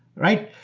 right?